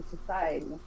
Society